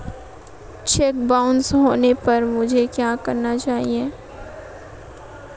Check bounce होने पर मुझे क्या करना चाहिए?